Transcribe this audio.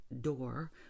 door